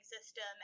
system